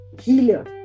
healer